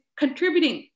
contributing